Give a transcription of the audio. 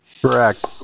correct